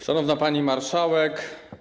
Szanowna Pani Marszałek!